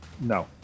No